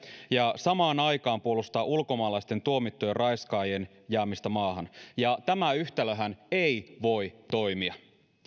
ja samaan aikaan puolustaa ulkomaalaisten tuomittujen raiskaajien jäämistä maahan ja tämä yhtälöhän ei voi toimia